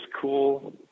cool